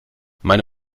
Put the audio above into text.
meine